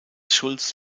schulz